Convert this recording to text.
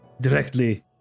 directly